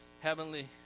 heavenly